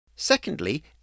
Secondly